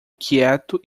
quieto